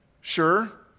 Sure